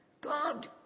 God